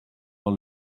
dans